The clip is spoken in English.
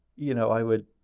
you know, i would